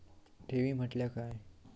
ठेवी म्हटल्या काय?